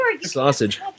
sausage